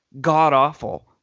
god-awful